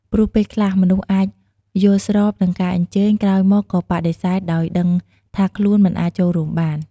ព្រោះពេលខ្លះ មនុស្សអាចយល់ស្របនឹងការអញ្ជើញ ក្រោយមកក៏បដិសេធដោយដឹងថាខ្លួនមិនអាចចូលរួមបាន។